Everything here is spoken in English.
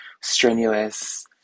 strenuous